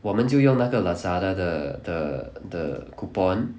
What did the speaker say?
我们就用那个 Lazada 的的的 coupon